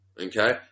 Okay